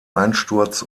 einsturz